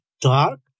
dark